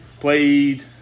Played